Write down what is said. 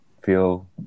feel